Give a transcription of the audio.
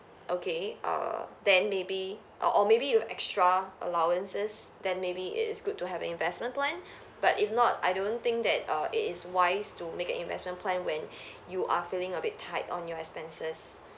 okay err then maybe or maybe you have extra allowances then maybe is good to have investment plan but if not I don't think that err it is wise to make an investment plan when you are feeling a bit tight on your expenses